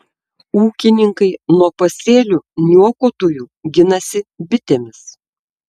ūkininkai nuo pasėlių niokotojų ginasi bitėmis